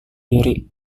diri